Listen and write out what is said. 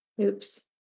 Oops